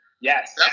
Yes